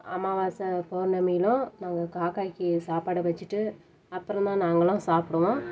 அமாவாசை பெளர்ணமிலும் நாங்கள் காக்காய்க்கு சாப்பாடை வச்சுட்டு அப்புறந்தான் நாங்களும் சாப்பிடுவோம்